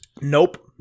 Nope